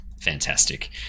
Fantastic